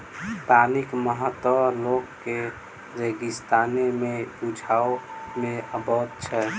पानिक महत्व लोक के रेगिस्ताने मे बुझबा मे अबैत छै